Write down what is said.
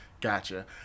Gotcha